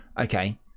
okay